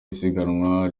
isiganwa